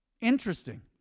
Interesting